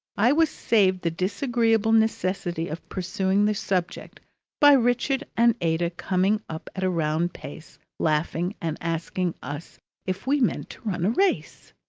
i was saved the disagreeable necessity of pursuing the subject by richard and ada coming up at a round pace, laughing and asking us if we meant to run a race.